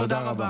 תודה רבה.